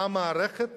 מה המערכת